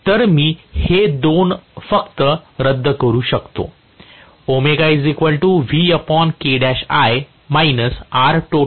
तर मी हे दोन फक्त रद्द करू शकतो